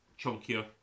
chunkier